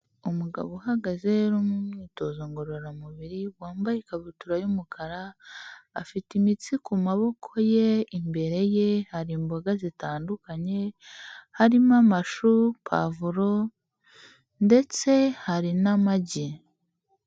Umugabo uhagaze uri mu myitozo ngororamubiri, wambaye ikabutura y'umukara afite imitsi ku maboko ye imbere ye hari imboga zitandukanye, harimo amashu pavuro ndetse hari n'amagi.